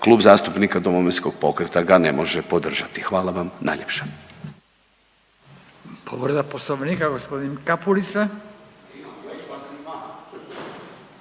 Klub zastupnika Domovinskog pokreta ga ne može podržati, hvala vam najljepša.